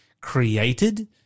created